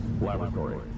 Laboratory